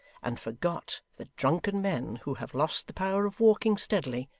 and forgot that drunken men who have lost the power of walking steadily,